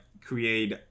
create